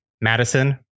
Madison